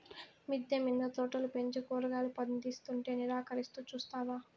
మిద్దె మింద తోటలు పెంచి కూరగాయలు పందిస్తుంటే నిరాకరిస్తూ చూస్తావా